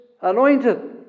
anointed